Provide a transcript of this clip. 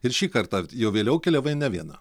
ir šį kartą jau vėliau keliavai ne viena